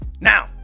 Now